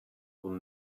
will